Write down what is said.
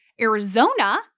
Arizona